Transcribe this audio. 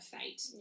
fate